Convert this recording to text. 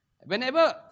Whenever